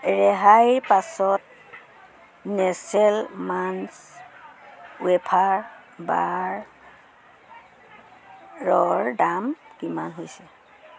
ৰেহাইৰ পাছত Nestle Munch wafer bar ৰৰ দাম কিমান হৈছে